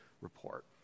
report